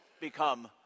become